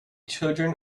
children